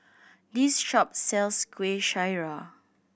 this shop sells Kueh Syara